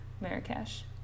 Marrakech